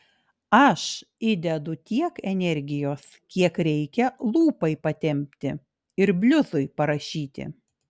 aš įdedu tiek energijos kiek reikia lūpai patempti ir bliuzui parašyti